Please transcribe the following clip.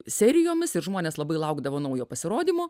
serijomis ir žmonės labai laukdavo naujo pasirodymo